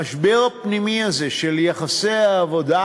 המשבר הפנימי הזה של יחסי העבודה,